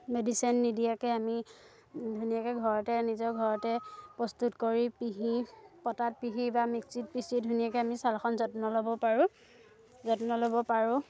medicine নিদিয়াকৈ আমি ধুনীয়াকৈ ঘৰতে নিজৰ ঘৰতে প্ৰস্তুত কৰি পিহি পটাত পিহি বা মিক্সিত পিচি ধুনীয়াকৈ আমি চালখন যত্ন ল'ব পাৰোঁ যত্ন ল'ব পাৰোঁ